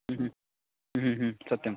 ह्म् ह्म् ह्म् ह्म् सत्यं